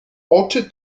oczy